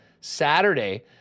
Saturday